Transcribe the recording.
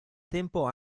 tempo